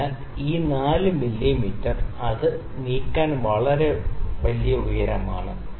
അതിനാൽ ഈ 4 മില്ലീമീറ്റർ അത് നീക്കാൻ വളരെ വലിയ ഉയരമാണ്